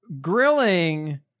grilling